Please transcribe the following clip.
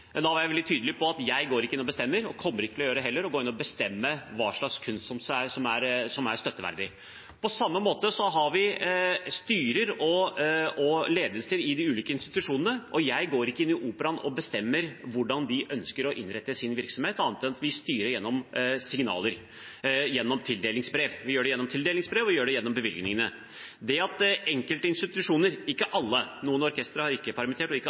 Da var jeg veldig tydelig på at jeg ikke går inn og bestemmer. Jeg kommer heller ikke til å gå inn og bestemme hva slags kunst som er støtteverdig. På samme måte har vi styre og ledelse i de ulike institusjonene, og jeg går ikke inn i Operaen og bestemmer hvordan de skal innrette sin virksomhet, annet enn at vi styrer gjennom signaler og gjennom tildelingsbrev. Vi gjør det gjennom tildelingsbrev, og vi gjør det gjennom bevilgningene. Når enkelte institusjoner – ikke alle, noen orkestre har ikke permittert, og ikke